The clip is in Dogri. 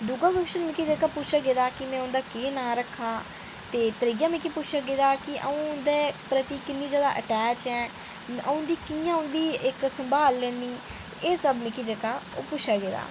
दूआ कोशन जेह्का मिगी पुच्छेआ गेदा कि में उं'दा केह् नां रक्खना ते त्रीआ मिगी पुच्छेआ अ'ऊं हुंदे प्रति किन्नी जैदै अटैच ऐ अ'ऊं हुंदी कि'यां हुंदी सम्भाल लैन्नी एह् सब मिगी जेह्का ओह् पुच्छेआ गेदा